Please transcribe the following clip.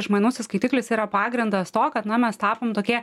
išmanusis skaitiklis yra pagrindas to kad na mes tapom tokie